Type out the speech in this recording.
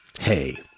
Hey